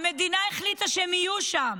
המדינה החליטה שהם יהיו שם,